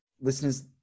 Listeners